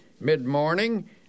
mid-morning